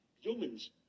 humans